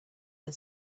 had